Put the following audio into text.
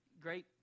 great